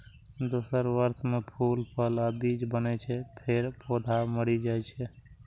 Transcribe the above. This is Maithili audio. दोसर वर्ष मे फूल, फल आ बीज बनै छै, फेर पौधा मरि जाइ छै